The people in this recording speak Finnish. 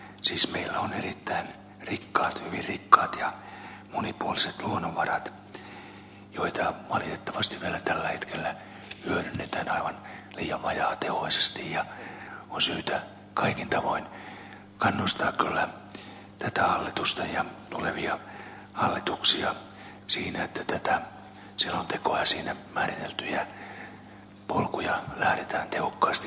siis meillä on erittäin rikkaat hyvin rikkaat ja monipuoliset luonnonvarat joita valitettavasti vielä tällä hetkellä hyödynnetään aivan liian vajaatehoisesti ja on syytä kaikin tavoin kannustaa kyllä tätä hallitusta ja tulevia hallituksia siinä että tätä selontekoa ja siinä määriteltyjä polkuja lähdetään tehokkaasti hyödyntämään